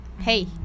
hey